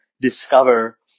discover